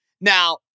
Now